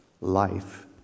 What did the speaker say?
life